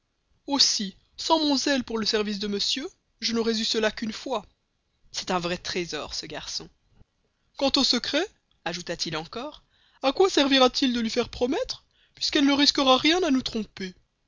aussi sans mon zèle pour le service de monsieur je n'aurais eu cela qu'une fois c'est un vrai trésor que ce garçon quant au secret ajouta-t-il encore à quoi servira-t-il de le lui faire promettre puisqu'elle ne risquera rien à nous tromper